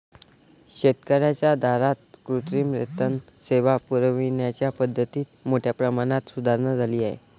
शेतकर्यांच्या दारात कृत्रिम रेतन सेवा पुरविण्याच्या पद्धतीत मोठ्या प्रमाणात सुधारणा झाली आहे